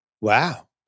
Wow